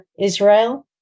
Israel